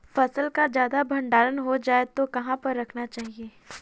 फसल का ज्यादा भंडारण हो जाए तो कहाँ पर रखना चाहिए?